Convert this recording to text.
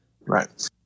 Right